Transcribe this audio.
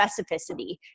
specificity